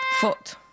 Foot